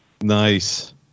Nice